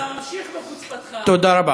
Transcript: אתה ממשיך, בחוצפתך, תודה רבה.